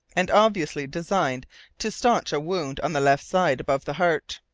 and obviously designed to stanch a wound on the left side above the heart.